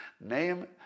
Name